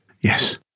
Yes